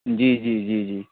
جی جی جی جی